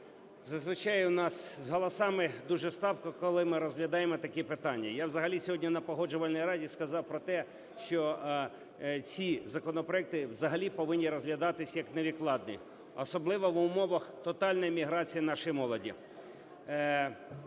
зазвичай у нас з голосами дуже слабко, коли ми розглядаємо такі питання. Я взагалі сьогодні на Погоджувальній раді сказав про те, що ці законопроекти взагалі повинні розглядатися як невідкладні, особливо в умовах тотальної міграції нашої молоді.